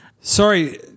Sorry